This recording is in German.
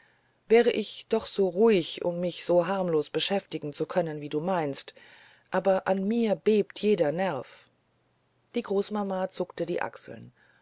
wäre ich doch so ruhig um mich so harmlos beschäftigen zu können wie du meinst aber an mir bebt jeder nerv die großmama zuckte die achseln